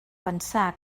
pensar